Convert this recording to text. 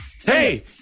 Hey